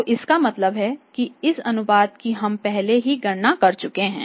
तो इसका मतलब है कि इस अनुपात की हम पहले ही गणना कर चुके हैं